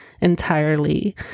entirely